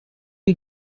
you